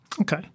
Okay